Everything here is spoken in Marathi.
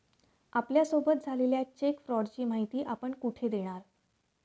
आपल्यासोबत झालेल्या चेक फ्रॉडची माहिती आपण कुठे देणार?